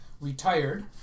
retired